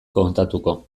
kontatuko